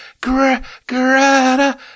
Greta